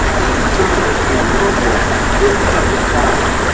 the circle in purple is the subject property.